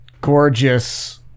gorgeous